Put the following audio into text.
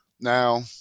Now